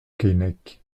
keinec